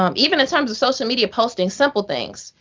um even in terms of social media posting simple things.